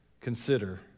consider